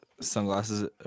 sunglasses